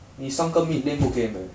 你三个 mid lane 不可以 meh